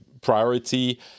priority